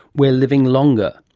we are living longer.